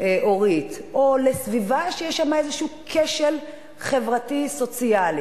הורית או לסביבה שיש שם איזה כשל חברתי-סוציאלי.